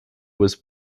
was